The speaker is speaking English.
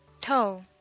toe